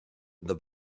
the